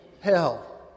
hell